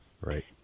right